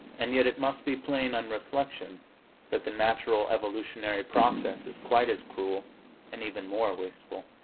and yet it must be plain on reflection that the natural evolutionary process is quite as cruel and even more wasteful.